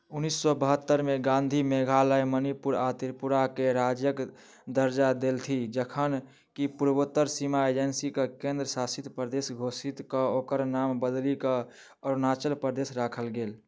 उन्नैस सए बहत्तरिमे गांधी मेघालय मणिपुर आ त्रिपुराकेँ राज्यक दर्जा देलथि जखन कि पूर्वोत्तर सीमा एजेन्सीकेँ केन्द्र शासित प्रदेश घोषित कऽ ओकर नाम बदलि कऽ अरुणाचल प्रदेश राखल गेल